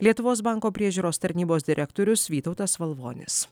lietuvos banko priežiūros tarnybos direktorius vytautas valvonis